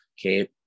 okay